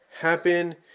happen